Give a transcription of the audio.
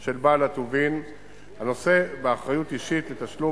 של בעל הטובין הנושא באחריות אישית לתשלום